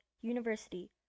university